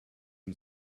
ihm